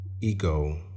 Ego